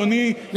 אדוני,